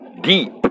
Deep